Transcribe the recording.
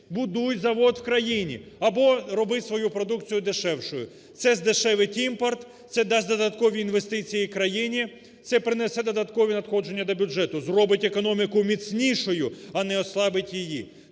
будуй завод в країні або роби свою продукцію дешевою. Це здешевить імпорт, це дасть додаткові інвестиції країні, це принесе додаткові надходження до бюджету, зробить економіку міцнішою, а не ослабить її.